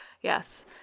Yes